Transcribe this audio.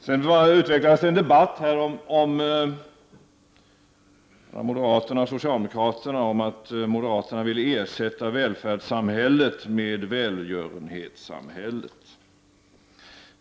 Det har utvecklats en debatt här mellan moderaterna och socialdemokraterna om att moderaterna vill ersätta välfärdssamhället med välgörenhetssamhället.